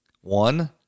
One